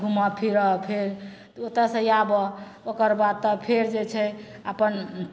घुमऽ फिरऽ फेर ओतएसे आबऽ ओकर बाद तब फेर जे छै अपन